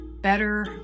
better